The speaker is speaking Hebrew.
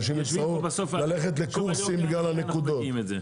אנשים יצטרכו ללכת לקורסים בגלל הנקודות.